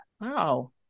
Wow